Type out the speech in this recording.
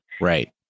Right